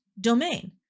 domain